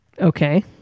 Okay